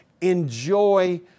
Enjoy